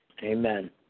Amen